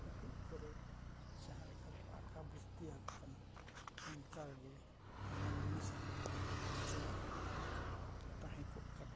ᱴᱩᱠᱩᱡ ᱠᱚᱨᱮ ᱡᱟᱦᱟᱸ ᱞᱮᱠᱟᱵᱚ ᱟᱠᱟ ᱵᱩᱥᱛᱤᱭ ᱟᱠᱚ ᱠᱟᱱᱟ ᱚᱱᱠᱟ ᱜᱮ ᱢᱟᱱᱢᱤ ᱥᱟᱞᱟᱜ ᱡᱚᱲᱟᱣ ᱠᱟᱛᱮᱫ ᱜᱮᱠᱚ ᱛᱟᱦᱮᱸᱠᱚᱜ ᱠᱟᱱᱟ